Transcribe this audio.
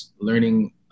learning